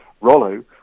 Rollo